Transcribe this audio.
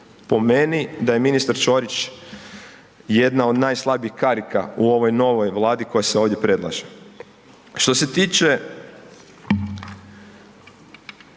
po meni da je ministar Ćorić jedna od najslabijih karika u ovoj novoj vladi koja se ovdje predlaže. Što se tiče,